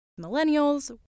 millennials